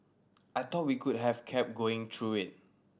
I thought we could have kept going through it